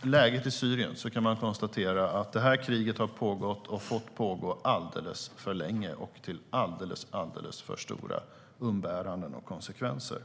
läget i Syrien kan man konstatera att kriget där har fått pågå alldeles för länge och med alldeles för stora umbäranden och konsekvenser.